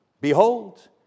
Behold